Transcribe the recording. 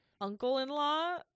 uncle-in-law